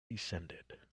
descended